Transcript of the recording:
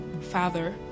father